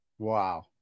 Wow